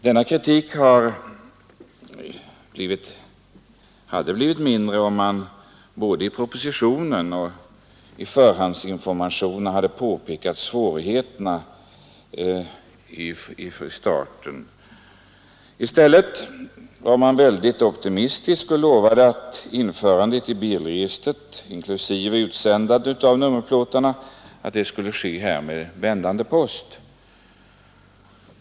Denna kritik hade blivit mindre om man både i propositionen och i förhandsinformationerna hade påpekat svårigheterna i starten. I stället var man mycket optimistisk och lovade att införandet i bilregistret inklusive utsändandet av nummerplåtarna skulle ske med vändande post.